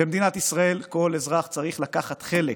במדינת ישראל כל אזרח צריך לקחת חלק,